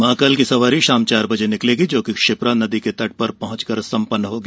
महाकाल की सवारी शाम चार बजे निकलेगी जो कि क्षिप्रा नदी के तट पर पहुंचकर संपन्न होगी